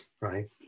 right